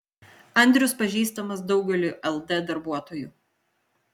andrius pažįstamas daugeliui ld darbuotojų